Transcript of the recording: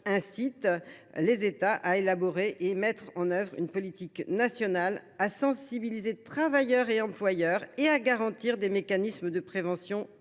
incite les États à élaborer et à mettre en œuvre une politique nationale en ce domaine, à sensibiliser travailleurs et employeurs et à garantir des mécanismes de prévention efficaces.